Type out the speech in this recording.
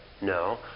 No